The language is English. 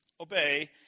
Obey